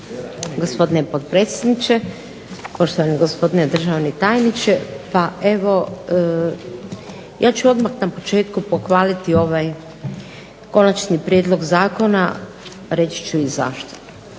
gospodine potpredsjedniče, poštovani gospodine državni tajniče. Pa evo ja ću odmah na početku pohvaliti ovaj konačni prijedlog zakona, reći ću i zašto.